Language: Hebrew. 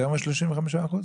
יותר מ-35%?